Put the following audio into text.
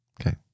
Okay